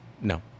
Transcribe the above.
No